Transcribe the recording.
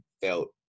felt